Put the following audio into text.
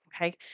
okay